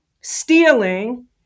stealing